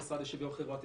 המשרד לשוויון חברתי,